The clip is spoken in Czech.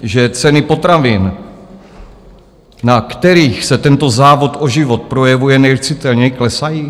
Že ceny potravin, na kterých se tento závod o život projevuje nejcitelněji, klesají?